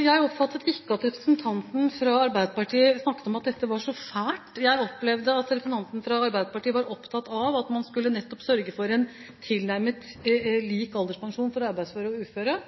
Jeg oppfattet ikke at representanten fra Arbeiderpartiet snakket om at dette var så fælt. Jeg opplevde at representanten fra Arbeiderpartiet var opptatt av at man nettopp skulle sørge for en tilnærmet lik alderspensjon for arbeidsføre og uføre.